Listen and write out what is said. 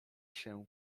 się